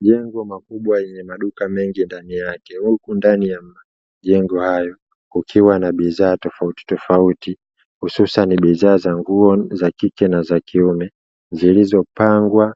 Jengo kubwa lenye maduka mengi ndani yake huku ndani ya majengo hayo kukiwa na bidhaa tofautitofauti, hususani bidhaa za nguo za kike na za kiume zilizopangwa